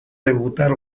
debutar